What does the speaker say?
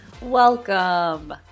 welcome